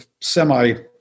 semi